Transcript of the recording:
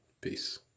Peace